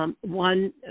One